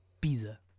Pizza